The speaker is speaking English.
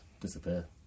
disappear